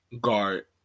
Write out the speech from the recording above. guard